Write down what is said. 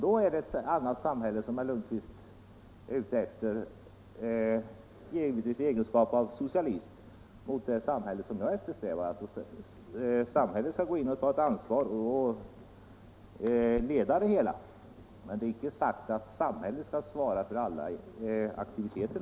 Då är det ett annat samhälle som herr Lundkvist i sin egenskap av socialist vill ha än det samhälle jag eftersträvar. Jag vill att samhället skall gå in och ta ansvaret och ledningen, men därmed är inte sagt att samhället skall svara för alla aktiviteter.